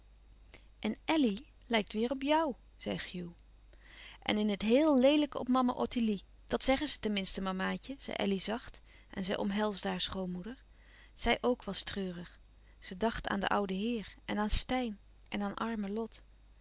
en elly lijkt weêr op jou zei hugh en in het heel leelijke op mama ottilie dat zeggen ze ten minste mamaatje zei elly zacht en zij omhelsde haar schoonmoeder zij ook was treurig ze dacht aan den ouden heer en aan steyn en aan armen lot